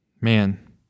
Man